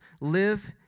live